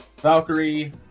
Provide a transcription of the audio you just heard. Valkyrie